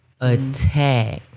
attack